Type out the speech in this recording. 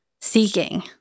seeking